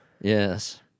Yes